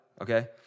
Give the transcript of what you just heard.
okay